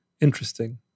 interesting